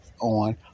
on